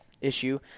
issue